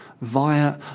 via